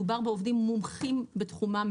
מדובר בעובדים מומחים בתחומם,